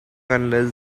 unless